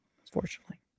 unfortunately